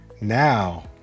Now